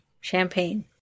champagne